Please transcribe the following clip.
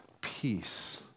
peace